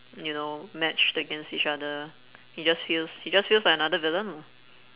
you know matched against each other he just feels he just feels like another villain lah